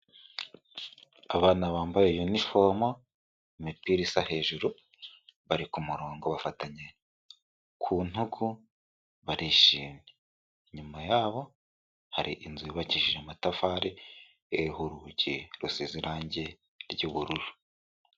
Abana bambaye yuniforome imipira isa hejuru bari ku murongo bafatanye ku ntugu barishimye nyuma yabo hari inzu yubakishije amatafari ahiye urugi rusize irangi ry'ubururu.